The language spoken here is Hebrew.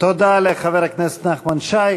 תודה לחבר הכנסת נחמן שי.